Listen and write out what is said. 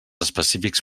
específics